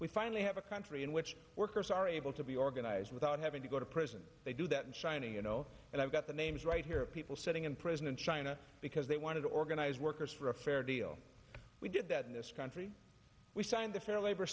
we finally have a country in which workers are able to be organized without having to go to prison they do that and shining you know and i've got the names right here of people sitting in prison in china because they wanted to organize workers for a fair deal we did that in this country we signed the fair labor